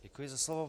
Děkuji za slovo.